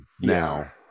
now